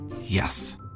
Yes